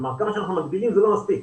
כמה שאנחנו מגדילים זה לא מספיק.